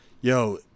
yo